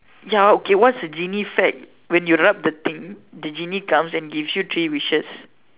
ya okay what's a genie fact when you rub the thing the genie comes and give you three wishes